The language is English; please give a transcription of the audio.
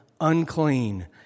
unclean